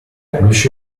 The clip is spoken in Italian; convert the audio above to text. riuscì